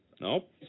Nope